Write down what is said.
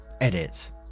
Edit